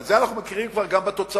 אבל את זה אנחנו מכירים כבר גם בתוצאות.